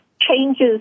changes